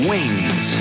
Wings